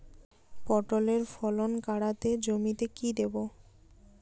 পটলের ফলন কাড়াতে জমিতে কি দেবো?